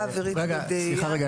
סליחה רגע,